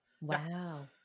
Wow